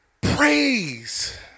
Praise